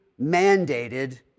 mandated